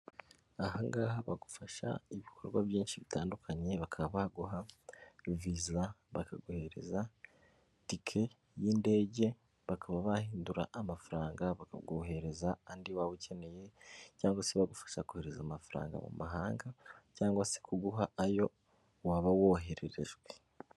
Aha ngaha bagufasha ibikorwa byinshi bitandukanye bakaba baguha visa bakaguhereza tike y'indege, bakaba bahindura amafaranga bakaguhereza andi waba ukeneye cyangwa se bagufasha kohereza amafaranga mu mahanga cyangwa se kuguha ayo waba wohererejwe.